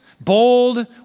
bold